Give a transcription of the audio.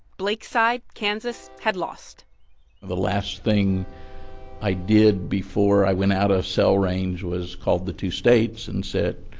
blake's side, kansas, had lost the last thing i did before i went out of cell range was called the two states and said,